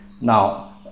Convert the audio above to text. Now